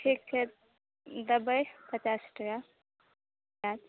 ठीक छै देबय